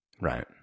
right